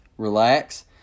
Relax